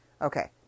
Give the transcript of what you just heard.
Okay